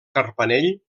carpanell